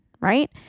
right